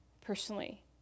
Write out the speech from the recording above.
personally